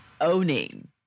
owning